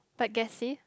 but gassy